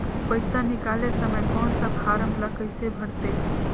पइसा निकाले समय कौन सा फारम ला कइसे भरते?